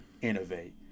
Innovate